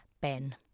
Ben